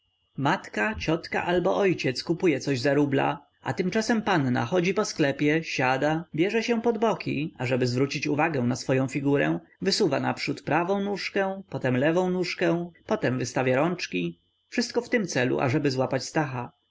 matka ciotka albo ojciec kupuje coś za rubla a tymczasem panna chodzi po sklepie siada bierze się pod boki ażeby zwrócić uwagę na swoję figurę wysuwa naprzód prawą nóżkę potem lewą nóżkę potem wystawia rączki wszystko w tym celu ażeby złapać stacha